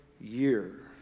year